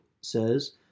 says